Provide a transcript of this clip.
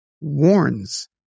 warns